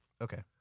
Okay